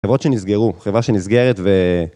חברות שנסגרו, חברה שנסגרת ו...